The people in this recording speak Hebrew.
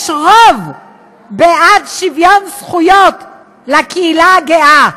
יש רוב בעד שוויון זכויות לקהילה הגאה,